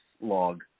log